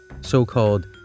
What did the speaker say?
so-called